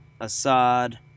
Assad